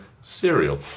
Cereal